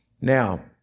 Now